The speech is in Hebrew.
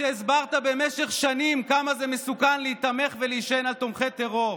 שהסברת במשך שנים כמה זה מסוכן להיתמך ולהישען על תומכי טרור,